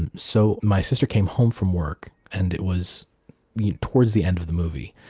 and so my sister came home from work, and it was you know towards the end of the movie.